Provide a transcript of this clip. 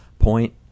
point